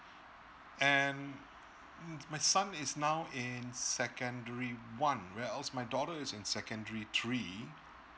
and my son is now in secondary one where else my daughter is in secondary three